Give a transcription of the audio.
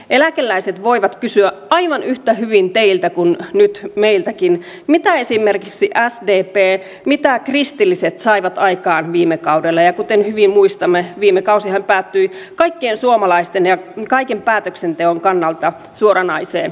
eläkeläiset voivat kysyä aivan yhtä hyvin teiltä kuin nyt meiltäkin mitä esimerkiksi sdp mitä kristilliset saivat aikaan viime kaudella ja kuten hyvin muistamme viime kausihan päättyi kaikkien suomalaisten ja kaiken päätöksenteon kannalta suoranaiseen kaaokseen